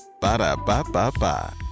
Ba-da-ba-ba-ba